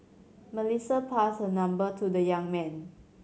Melissa passed her number to the young man